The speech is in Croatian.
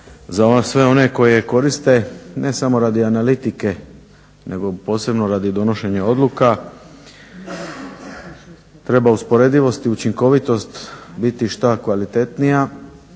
za sve one koji je koriste ne samo radi analitike nego posebno radi donošenja odluka, treba usporedivost i učinkovitost biti što kvalitetnija,